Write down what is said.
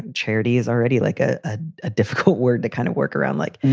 and charity is already like a ah a difficult word to kind of work around. like,